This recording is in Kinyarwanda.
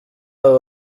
abo